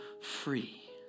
free